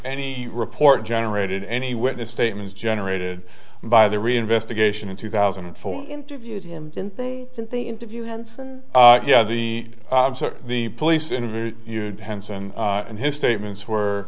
any report generated any witness statements generated by the reinvestigation in two thousand and four interviewed him didn't they didn't the interview hanson yeah the the police interview unit henson and his statements were